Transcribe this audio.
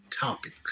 topic